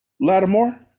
Lattimore